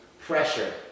pressure